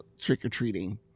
trick-or-treating